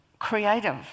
Creative